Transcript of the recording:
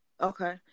okay